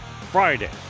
Friday